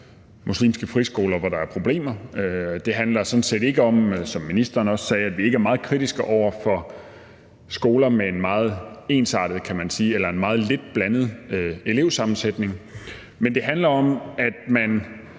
muslimske friskoler, hvor der er problemer. Det handler sådan set ikke om, som ministeren også sagde, at vi ikke meget kritiske over for skoler med en meget ensartet, kan man sige, eller en meget lidt blandet elevsammensætning, men det handler om, at man